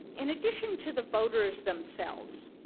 in addition to the voters themselves,